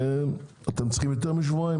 אתם צריכים יותר משבועיים?